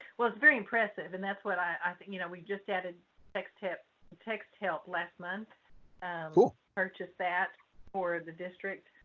well it's very impressive and that's what i think you know we just added next tip text help last month who purchased that for the district